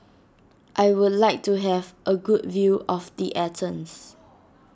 I would like to have a good view of the Athens